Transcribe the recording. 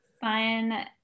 fun